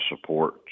support